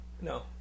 No